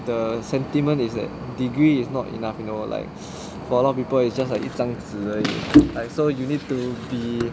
the sentiment is that degree is not enough you know like for a lot of people it's just like 一张纸而已 right so like you need to be